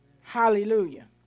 Hallelujah